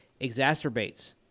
exacerbates